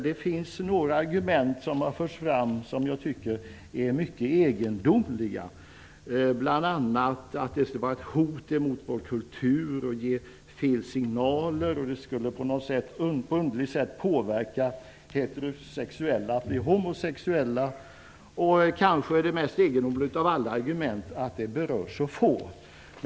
Det finns dock några argument som har förts fram som jag finner mycket egendomliga, bl.a. att lagen skulle innebära ett hot mot vår kultur, ge felaktiga signaler och på något underligt sätt påverka heterosexuella att bli homosexuella. Men det kanske mest egendomliga argumentet är att detta berör så få.